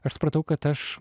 aš supratau kad aš